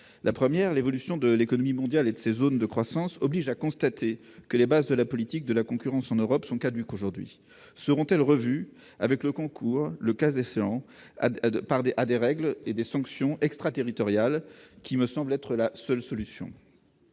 d'abord, l'évolution de l'économie mondiale et de ses zones de croissance nous force à constater que les bases de la politique de concurrence en Europe sont caduques aujourd'hui. Seront-elles revues avec le concours, le cas échéant, des règles et des sanctions extraterritoriales, qui me semblent être la seule solution